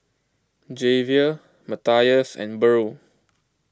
Javier Matias and Burl